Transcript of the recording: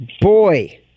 boy